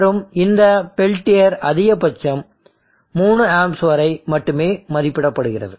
மற்றும் இந்த பெல்டியர் அதிகபட்சம் 3 ஆம்ப்ஸ் வரை மட்டுமே மதிப்பிடப்படுகிறது